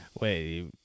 Wait